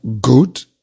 good